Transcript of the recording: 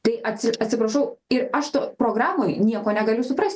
tai atsi atsiprašau ir aš to programoj nieko negaliu suprast